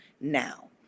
now